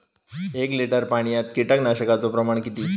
एक लिटर पाणयात कीटकनाशकाचो प्रमाण किती?